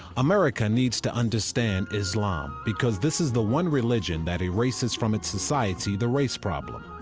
america needs to understand islam, because this is the one religion that erases from its society the race problem.